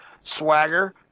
swagger